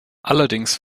allerdings